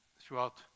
throughout